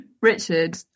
Richard